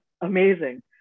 amazing